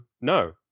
no